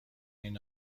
این